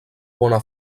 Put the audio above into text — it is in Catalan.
bona